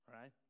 right